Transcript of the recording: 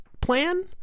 plan